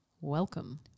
Welcome